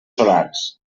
solars